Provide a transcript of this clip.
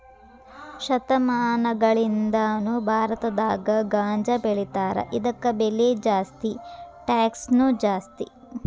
ಶತಮಾನಗಳಿಂದಾನು ಭಾರತದಾಗ ಗಾಂಜಾಬೆಳಿತಾರ ಇದಕ್ಕ ಬೆಲೆ ಜಾಸ್ತಿ ಟ್ಯಾಕ್ಸನು ಜಾಸ್ತಿ